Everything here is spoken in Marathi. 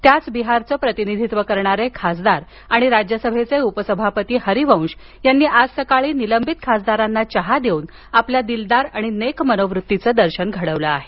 त्याच बिहारचं प्रतिनिधित्व करणारे खासदार आणि राज्यसभेचे उपसभापती हरिवंश यांनी आज सकाळी निलंबित खासदारांना चहा देऊन आपल्या दिलदार आणि नेक मनोवृत्तीचं दर्शन घडवलं आहे